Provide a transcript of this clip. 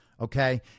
Okay